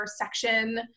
section